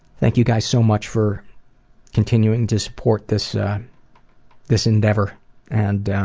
thank you guys so much for continuing to support this this endeavour and.